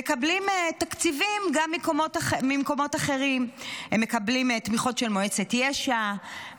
מקבלים תקציבים גם ממקומות אחרים: הם מקבלים תמיכות של מועצת יש"ע,